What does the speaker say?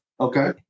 Okay